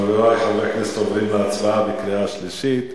חברי חברי הכנסת, עוברים להצבעה בקריאה השלישית.